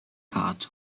cart